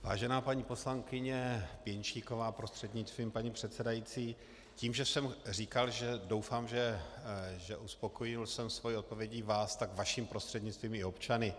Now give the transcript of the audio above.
Vážená paní poslankyně Pěnčíková prostřednictvím paní předsedající, tím, že jsem říkal, že doufám, že jsem uspokojil svou odpovědí vás, tak vaším prostřednictvím i občany.